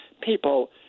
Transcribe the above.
People